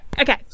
okay